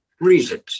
reasons